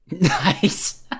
Nice